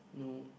no